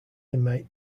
inmate